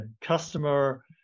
customer